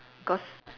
cause